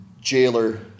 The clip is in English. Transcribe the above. jailer